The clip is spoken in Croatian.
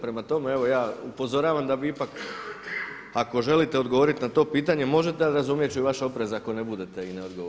Prema tome, evo ja upozoravam da vi ipak ako želite odgovoriti na to pitanje možete, ali razumjet ću i vaš oprez ako ne budete i ne odgovorite.